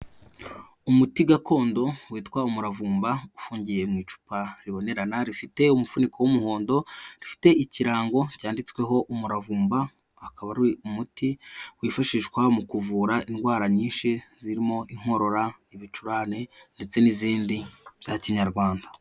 Umuti gakondo witwa umuravumba ufungiye mu icupa ribonerana, rifite umufuniko w'umuhondo, rifite ikirango cyanditsweho umuravumba, akaba ari umuti wifashishwa mu kuvura indwara nyinshi zirimo inkorora, ibicurane ndetse n'izindi bya kinyarwanda.